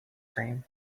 cream